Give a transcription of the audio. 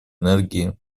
энергии